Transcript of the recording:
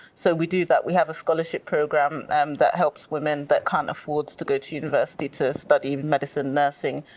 so we do that. we have a scholarship program um that helps women that can't afford to go to university to study medicine, nursing,